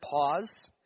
pause